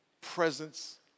presence